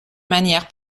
manière